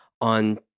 on